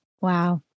Wow